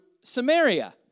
Samaria